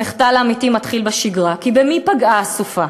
המחדל האמיתי מתחיל בשגרה, כי במי פגעה הסופה?